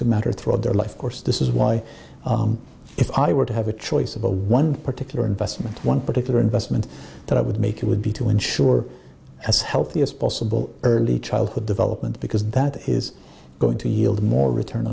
to matter throughout their life course this is why if i were to have a choice of one particular investment one particular investment that i would make it would be to ensure as healthy as possible early childhood development because that is going to yield more return